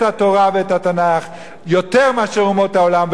התורה ואת התנ"ך יותר מאשר אומות העולם,